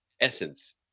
essence